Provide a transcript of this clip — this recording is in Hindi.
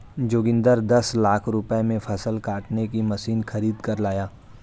जोगिंदर दस लाख रुपए में फसल काटने की मशीन खरीद कर लाया